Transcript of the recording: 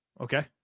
Okay